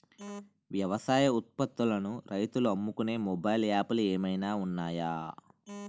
వ్యవసాయ ఉత్పత్తులను రైతులు అమ్ముకునే మొబైల్ యాప్ లు ఏమైనా ఉన్నాయా?